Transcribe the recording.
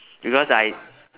because I